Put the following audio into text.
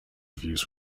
reviews